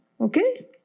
Okay